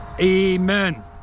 amen